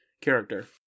character